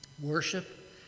Worship